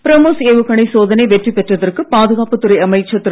பிரம்மோஸ் ஏவுகணை சோதனை வெற்றி பெற்றதற்கு பாதுகாப்புத் துறை அமைச்சர் திரு